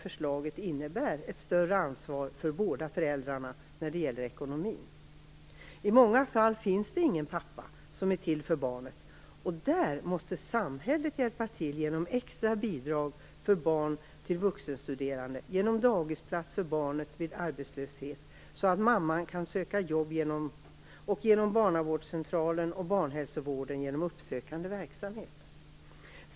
Förslaget innebär också ett större ansvar för båda föräldrarna när det gäller ekonomin. I många fall finns ingen pappa som är till för barnet, och i de fallen måste samhället hjälpa till genom extra bidrag för barn till vuxenstuderande, genom dagisplats för barnet vid arbetslöshet så att mamman kan söka jobb och genom barnavårdscentralen och barnhälsovården genom uppsökande verksamhet.